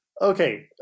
Okay